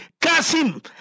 Kasim